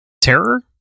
Terror